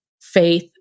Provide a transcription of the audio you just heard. faith